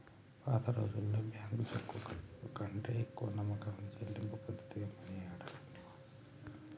పాతరోజుల్లో బ్యేంకు చెక్కుకంటే ఎక్కువ నమ్మకమైన చెల్లింపు పద్ధతిగా మనియార్డర్ ని వాడేటోళ్ళు